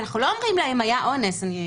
אנחנו לא אומרים לה אם היה אונס או היה